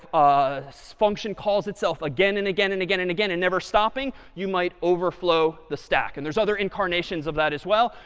ah so function calls itself again, and again, and again, and again, and never stopping you might overflow the stack. and there's other incarnations of that as well.